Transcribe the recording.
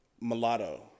mulatto